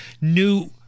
new